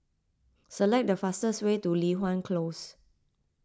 select the fastest way to Li Hwan Close